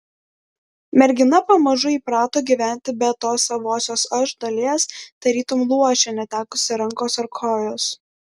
mergina pamažu įprato gyventi be tos savosios aš dalies tarytum luošė netekusi rankos ar kojos